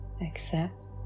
accept